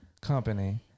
company